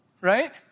Right